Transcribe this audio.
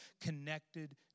connected